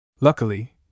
Luckily